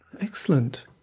Excellent